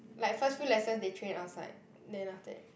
like first few lessons they train outside then after that